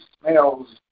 smells